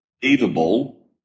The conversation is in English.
eatable